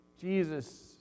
Jesus